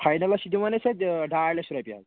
finals چھِ دِوان أسۍ اَتہِ ڈاے لَچھ رۄپیہِ حظ